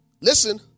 Listen